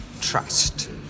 Trust